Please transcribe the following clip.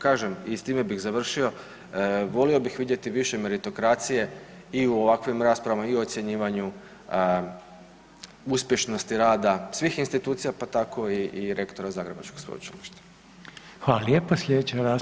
Kažem i s time bih završio, volio bih vidjeti više meritokracije i u ovakvim raspravama i u ocjenjivanju uspješnosti rada svih institucija pa tako i rektora zagrebačkog sveučilišta.